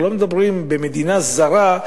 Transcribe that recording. אנחנו לא מדברים על מדינה זרה,